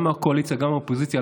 גם מהקואליציה וגם מהאופוזיציה,